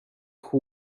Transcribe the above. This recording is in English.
who